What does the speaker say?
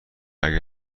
اگه